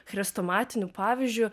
chrestomatiniu pavyzdžiu